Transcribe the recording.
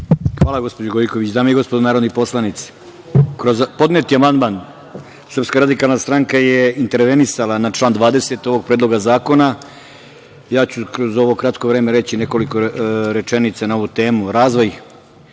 Hvala, gospođo Gojković. Dame i gospodo narodni poslanici, kroz podneti amandman Srpska radikalna stranka je intervenisala na član 20. ovog predloga zakona. Ja ću kroz ovo kratko vreme reći nekoliko rečenica na ovu temu. Razvoj